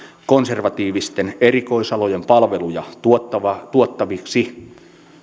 konservatiivisten erikoisalojen palveluja tuottaviksi tuottaviksi